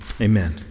amen